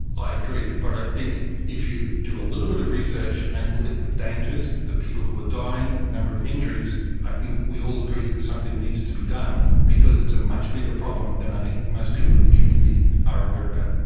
i agree, but i think if you do a little bit of research and look at the dangers, the people who are dying, the number of injuries, i think we all agree something needs to be done because it's a much bigger problem that i think most people in the community are aware about.